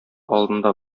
алдында